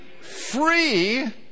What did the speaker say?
free